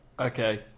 Okay